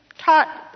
taught